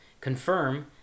confirm